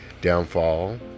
downfall